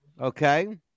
Okay